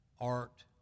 art